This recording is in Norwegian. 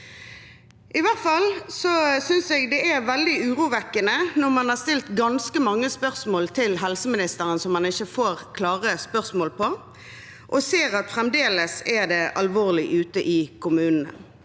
i hvert fall det er veldig urovekkende når man har stilt ganske mange spørsmål til helseministeren som man ikke får klare svar på, og ser at det fremdeles er alvorlig ute i kommunene.